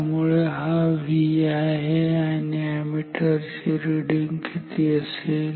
त्यामुळे हा V आहे आणि अॅमीटर रिडींग किती असेल